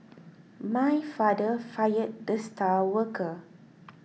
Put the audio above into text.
my father fired the star worker